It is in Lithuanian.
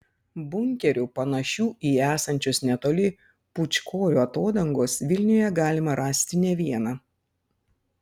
bunkerių panašių į esančius netoli pūčkorių atodangos vilniuje galima rasti ne vieną